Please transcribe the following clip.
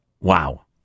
Wow